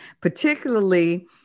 particularly